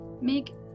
Make